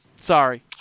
Sorry